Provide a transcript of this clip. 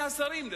גם מהשרים,